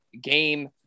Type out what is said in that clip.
game